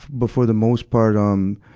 but for the most part, um,